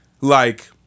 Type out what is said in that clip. like-